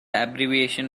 abbreviation